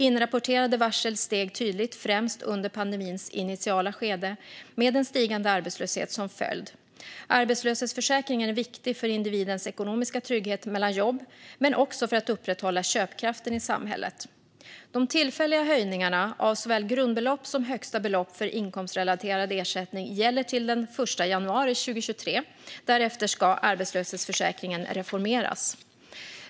Inrapporterade varsel steg tydligt främst under pandemins initiala skede, med en stigande arbetslöshet som följd. Arbetslöshetsförsäkringen är viktig för individens ekonomiska trygghet mellan jobb, men också för att upprätthålla köpkraften i samhället. De tillfälliga höjningarna av såväl grundbelopp som högsta belopp för inkomstrelaterad ersättning gäller till den 1 januari 2023. Därefter ska arbetslöshetsförsäkringen reformeras.